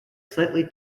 slightly